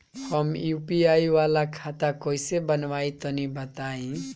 हम यू.पी.आई वाला खाता कइसे बनवाई तनि बताई?